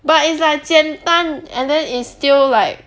but it's like 简单 and then it's still like